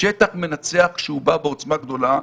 השטח מנצח כשהוא בא בעוצמה גדולה.